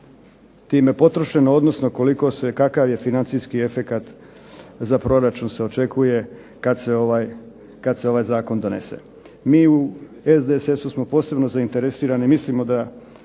time potrošeno, odnosno koliko se, kakav je financijski efekat za proračun se očekuje kad se ovaj zakon donose. Mi u SDSS-u smo posebno zainteresirani, mislimo da